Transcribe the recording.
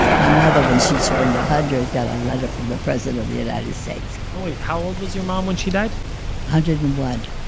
my mother when she turned a hundred got a letter from the president of the united states oh wait, how old was your mom when she died? a hundred and one.